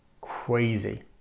crazy